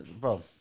Bro